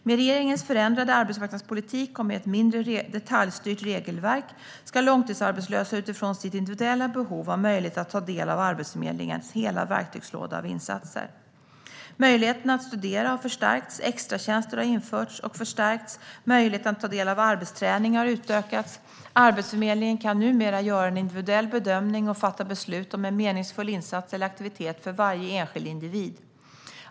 Med regeringens förändrade arbetsmarknadspolitik och med ett mindre detaljstyrt regelverk ska långtidsarbetslösa utifrån sina individuella behov ha möjlighet att ta del av Arbetsförmedlingens hela verktygslåda av insatser. Möjligheten att studera har förstärkts, extratjänster har införts och förstärkts och möjligheten att ta del av arbetsträning har utökats. Arbetsförmedlingen kan numera göra en individuell bedömning och fatta beslut om en meningsfull insats eller aktivitet för varje enskild individ.